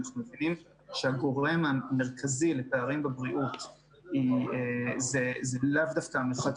אנחנו מבינים שהגורם המרכזי לפערים בבריאות הוא לאו דווקא מרחק